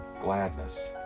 gladness